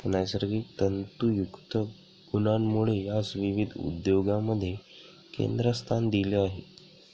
नैसर्गिक तंतुयुक्त गुणांमुळे यास विविध उद्योगांमध्ये केंद्रस्थान दिले आहे